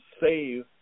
save